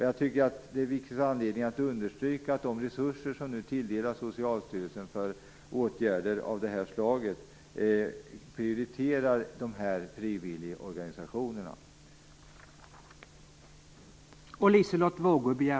Jag tycker att det finns anledning att understryka att i de resurser som nu tilldelas Socialstyrelsen för åtgärder av det här slaget bör frivilligorganisationerna prioriteras.